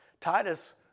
Titus